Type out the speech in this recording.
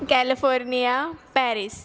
California Paris